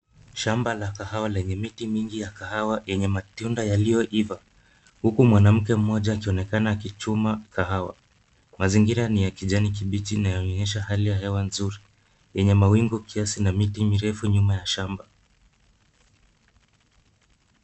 Shamba la kahawa lenye miti mingi ya kahawa yenye matunda yaliyoiva uku mwanamke mmoja akionekana akichuma kahawa. Mazingira ni ya kijani kibichi na yanaonyesha hali ya hewa nzuri, yenye mawingu kiasi na miti mirefu nyuma ya shamba.